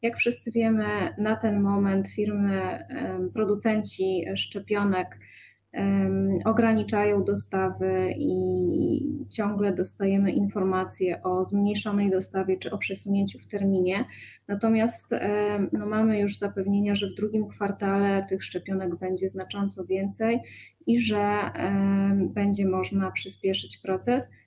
Jak wszyscy wiemy, na ten moment firmy, producenci szczepionek ograniczają dostawy i ciągle dostajemy informacje o zmniejszonej dostawie czy o przesunięciu terminu, natomiast mamy zapewnienia, że w II kwartale tych szczepionek będzie znacząco więcej i że będzie można przyspieszyć proces.